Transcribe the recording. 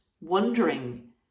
wondering